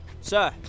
Sir